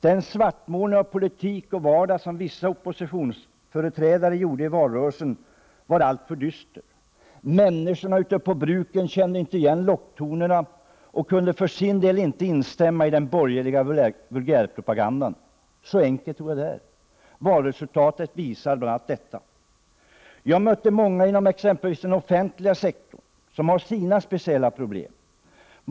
Den svartmålning av politiken och vardagen som vissa oppositionsföreträdare gjorde i valrörelsen var alltför dyster. Människorna ute på bruken kände inte igen locktonerna och kunde för sin del inte instämma i den borgerliga vulgärpropagandan. Så enkelt tror jag att det är. Valresultatet visade bl.a. detta. Jag mötte många inom exempelvis den offentliga sektorn, som har sina speciella problem.